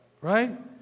Right